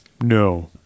no